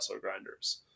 Grinders